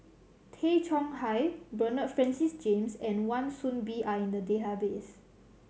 Tay Chong Hai Bernard Francis James and Wan Soon Bee are in the database